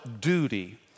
duty